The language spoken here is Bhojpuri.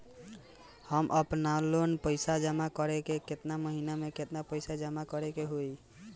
हम आपनलोन के पइसा जमा करेला केतना महीना केतना पइसा जमा करे के होई?